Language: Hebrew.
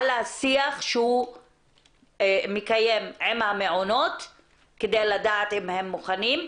על השיח שהוא מקיים עם המעונות כדי לדעת אם הם מוכנים.